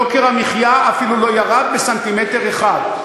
יוקר המחיה אפילו לא ירד בסנטימטר אחד.